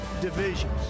divisions